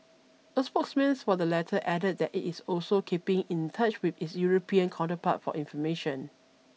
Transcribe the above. a spokesman for the latter added that it is also keeping in touch with its European counterpart for information